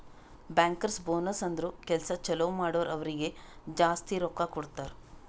bankers bonus ಅಂದುರ್ ಕೆಲ್ಸಾ ಛಲೋ ಮಾಡುರ್ ಅವ್ರಿಗ ಜಾಸ್ತಿ ರೊಕ್ಕಾ ಕೊಡ್ತಾರ್